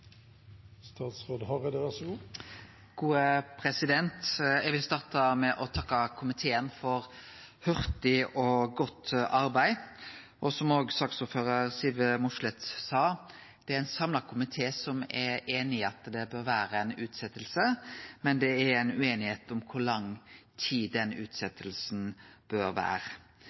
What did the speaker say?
Eg vil starte med å takke komiteen for hurtig og godt arbeid. Som saksordførar Siv Mossleth sa, er det ein samla komité som er einig i at det bør vere ei utsetjing, men ein er ueinig om kor lang den utsetjinga bør vere.